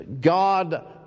God